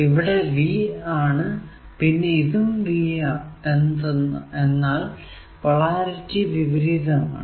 ഇവിടെ ഇത് V ആണ് പിന്നെ ഇതും V എന്നാൽ പൊളാരിറ്റി വിപരീതമാണ്